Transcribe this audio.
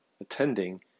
attending